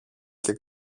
και